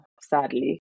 sadly